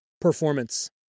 performance